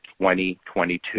2022